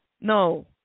no